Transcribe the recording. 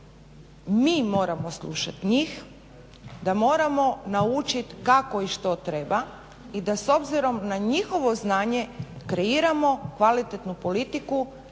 mi moramo slušat njih, da moramo naučit kako i što treba i da s obzirom na njihovo znanje kreiramo kvalitetnu politiku na